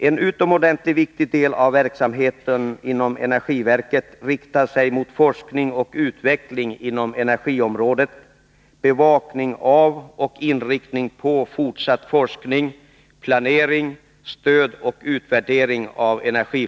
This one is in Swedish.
En utomordentligt viktig del av verksamheten inom energiverket riktar sig mot forskning och utveckling inom energiområdet, mot bevakning av pågående forskning och mot planering, stöd och utvärdering.